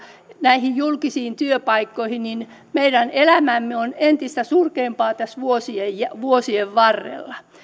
näihin julkisiin työpaikkoihin niin meidän elämämme olisi entistä surkeampaa tässä vuosien varrella